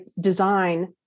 design